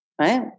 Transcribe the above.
Right